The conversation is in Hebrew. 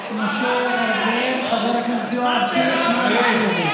חבר הכנסת משה ארבל, חבר הכנסת יואב קיש, נא לשבת.